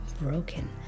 broken